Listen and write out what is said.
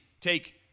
take